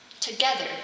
Together